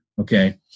okay